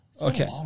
Okay